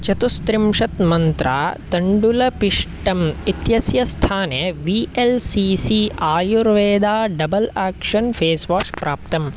चतुस्त्रिंशत् मन्त्रा तण्डुलपिष्टम् इत्यस्य स्थाने V L C C Ayurveda double action face wash प्राप्तम्